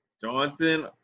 Johnson